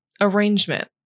arrangement